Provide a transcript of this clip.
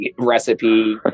recipe